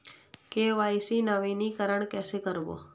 KYC नवीनीकरण कैसे करबो?